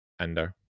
Endo